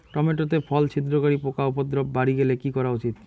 Tomato তে ফল ছিদ্রকারী পোকা উপদ্রব বাড়ি গেলে কি করা উচিৎ?